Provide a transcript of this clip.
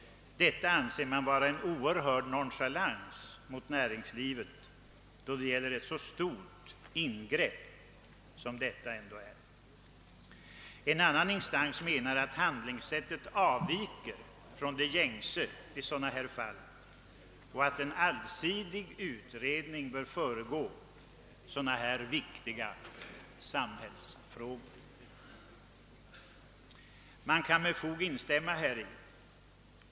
Detta anser man vara en oerhörd nonchalans mot näringslivet då det gäller ett så stort ingrepp som detta ändå är. En annan instans menar att handlingssättet avviker från det gängse i sådana här fall och att en allsidig utredning bör föregå dylika viktiga samhällsfrågor. Man har fog att instämma häri.